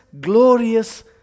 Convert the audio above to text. glorious